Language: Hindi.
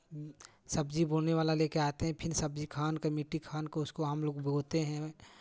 सब्जी बोने वाला ले के आते हैं फिर सब्जी खान के मिट्टी खान के उसको हमलोग बोते हैं